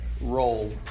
role